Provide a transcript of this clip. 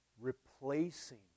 Replacing